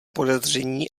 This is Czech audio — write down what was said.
podezření